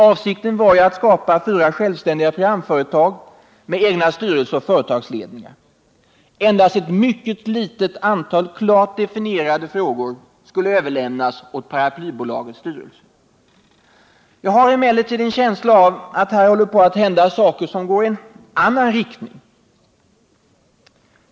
Avsikten var ju att skapa fyra självständiga programföretag med egna styrelser och företagsledningar. Endast ett mycket litet antal klart definierade frågor skulle överlämnas åt paraplybolagets styrelse. Jag har emellertid en känsla av att här håller på att hända saker som går i en annan riktning.